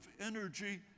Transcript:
energy